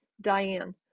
Diane